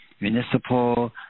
municipal